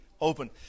open